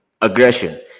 Aggression